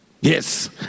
Yes